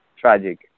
tragic